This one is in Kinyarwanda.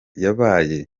yabaye